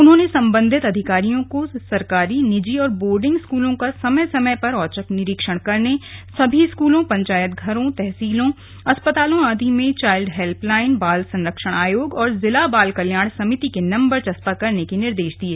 उन्होंने संबंधित अधिकारियों को सरकारी निजी और बोर्डिंग स्कूलों का समय समय पर औचक निरीक्षण करने सभी स्कूलों पंचायत घरों तहसीलों अस्पतालों आदि में चाईल्ड हेल्प लाईन बाल संरक्षण आयोग और जिला बाल कल्याण समिति के नम्बर चस्पा करने के निर्देश दिये